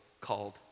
called